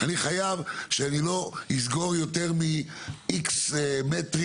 אני חייב לא לסגור יותר מאיקס מטרים